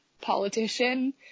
politician